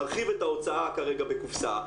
נרחיב את ההוצאה כרגע בקופסא,